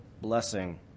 blessing